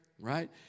Right